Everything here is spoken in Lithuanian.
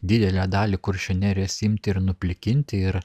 didelę dalį kuršių nerijos imti ir nuplikinti ir